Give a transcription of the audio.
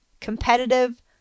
competitive